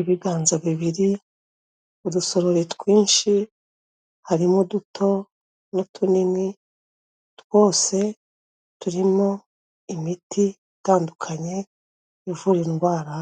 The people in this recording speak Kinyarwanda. Ibiganza bibiri, udusorori twinshi. Harimo uduto n'utunini, twose turimo imiti itandukanye ivura indwara